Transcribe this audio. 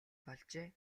болжээ